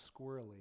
squirrely